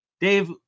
Dave